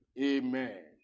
Amen